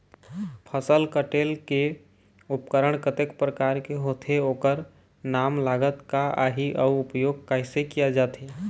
फसल कटेल के उपकरण कतेक प्रकार के होथे ओकर नाम लागत का आही अउ उपयोग कैसे किया जाथे?